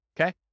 Okay